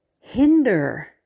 hinder